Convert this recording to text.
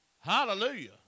Hallelujah